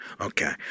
okay